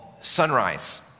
Sunrise